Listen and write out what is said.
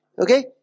Okay